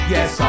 Yes